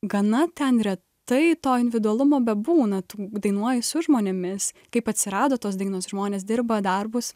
gana ten retai to individualumo bebūna tu dainuoji su žmonėmis kaip atsirado tos dainos žmonės dirba darbus